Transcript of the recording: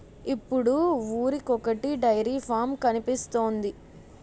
ఇప్పుడు ఊరికొకొటి dairy farm కనిపిస్తోంది